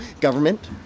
Government